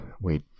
Wait